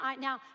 Now